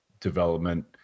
development